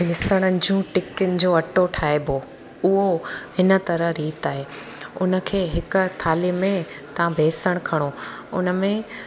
विसणनि जूं टिकियुनि जो अटो ठाहिबो उहो हिन तरह रीति आहे उन खे हिकु थाल्ही में तव्हां बेसणु खणो उन में